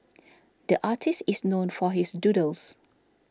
the artist is known for his doodles